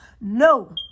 no